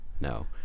No